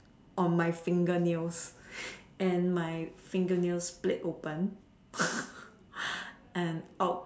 on my finger nails and my finger nails split open and out